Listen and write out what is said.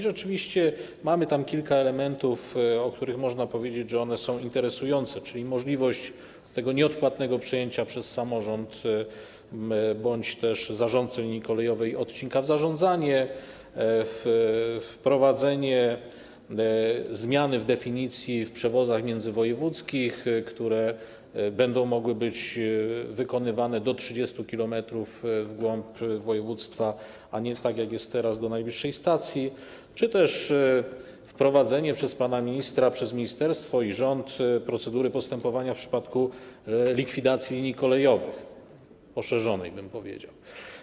Rzeczywiście jest tam kilka elementów, o których można powiedzieć, że są interesujące: możliwość nieodpłatnego przejęcia przez samorząd bądź zarządcę linii kolejowej odcinka w zarządzanie, wprowadzenie zmiany w definicji przewozów międzywojewódzkich, które będą mogły być wykonywane na obszarze do 30 km w głąb województwa, a nie, tak jak jest teraz, do najbliższej stacji, czy też wprowadzenie przez pana ministra, przez ministerstwo i rząd, procedury postępowania w przypadku likwidacji linii kolejowych - poszerzonej, bym powiedział.